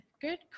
good